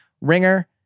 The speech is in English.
ringer